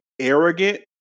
arrogant